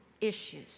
issues